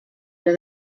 era